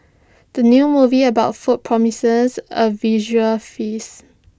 the new movie about food promises A visual feast